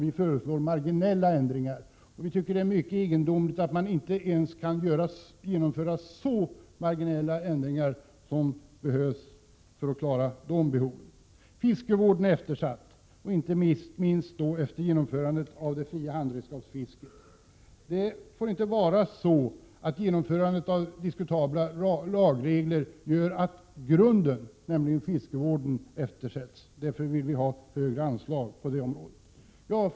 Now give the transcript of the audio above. Vi föreslår marginella ändringar i budgeten. Vi tycker att det är egendomligt att man inte kan genomföra ens så marginella ändringar som behövs för att klara de behoven. Fiskevården är eftersatt, inte minst genom införandet av det fria handredskapsfisket. Genomförandet av diskutabla lagregler får inte leda till att grunden, nämligen fiskevården, eftersätts. Vi vill därför ge högre anslag på detta område.